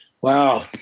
Wow